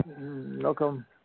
Welcome